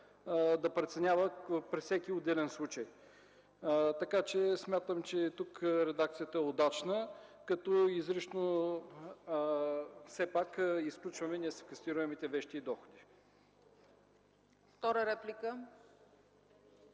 да преценява при всеки отделен случай. Така че смятам, че тук редакцията е удачна, като изрично все пак изключваме несеквестируемите вещи и доходи.